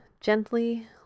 Gently